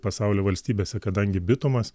pasaulio valstybėse kadangi bitumas